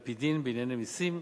על-פי דין, בענייני מסים,